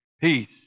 Peace